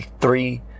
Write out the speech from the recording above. three